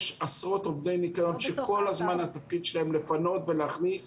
יש עשרות עובדי ניקיון שכל הזמן התפקיד שלהם לפנות ולהכניס